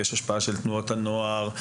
של תנועות הנוער,